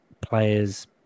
players